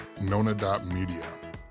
Nona.media